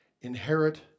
inherit